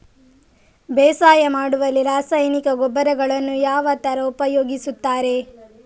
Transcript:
ಬೇಸಾಯ ಮಾಡುವಲ್ಲಿ ರಾಸಾಯನಿಕ ಗೊಬ್ಬರಗಳನ್ನು ಯಾವ ತರ ಉಪಯೋಗಿಸುತ್ತಾರೆ?